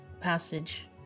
passage